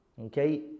Okay